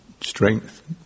strength